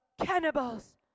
cannibals